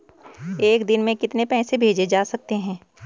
एक दिन में कितने पैसे भेजे जा सकते हैं?